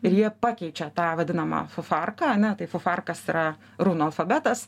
ir jie pakeičia tą vadinamą fifarką ane tai fifarkas yra runų alfabetas